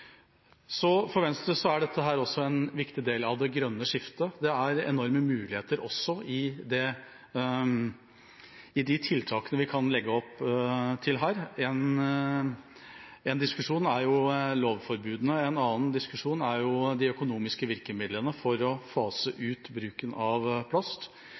For Venstre er dette også en viktig del av det grønne skiftet. Det er enorme muligheter også i de tiltakene vi kan legge opp til her. Én diskusjon er lovforbud, en annen diskusjon er de økonomiske virkemidlene for å fase ut bruken av plast,